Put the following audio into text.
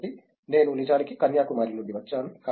కాబట్టి నేను నిజానికి కన్యాకుమారి నుండి వచ్చాను